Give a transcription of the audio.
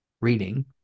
Reading